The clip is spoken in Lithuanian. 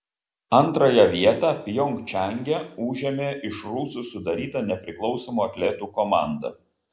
antrąją vietą pjongčange užėmė iš rusų sudaryta nepriklausomų atletų komanda